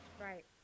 Right